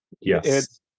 yes